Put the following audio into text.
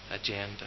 agenda